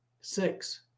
Six